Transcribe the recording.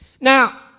Now